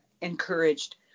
encouraged